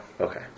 Okay